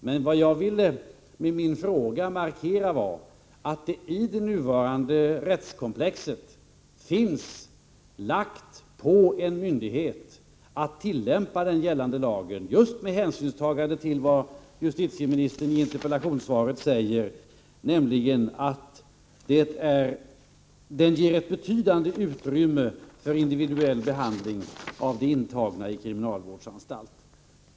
Men vad jag ville med min fråga markera var att det i det nuvarande rättskomplexet finns lagt på en myndighet att tillämpa den gällande lagen just med hänsynstagande till vad justitieministern säger i interpellationssvaret, nämligen att den ger ett betydande utrymme för individuell behandling av de intagna i kriminalvårdsanstalt.